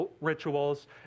rituals